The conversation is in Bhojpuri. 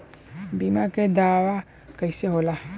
बीमा के दावा कईसे होला?